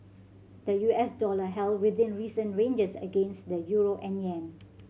the U S dollar held within recent ranges against the euro and yen